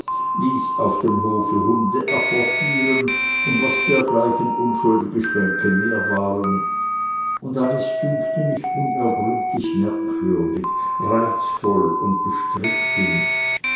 ließ auf dem hofe hunde apportieren und was dergleichen unschuldige schwänke mehr waren und alles dünkte mich unergründlich merkwürdig reizvoll und bestrickte mich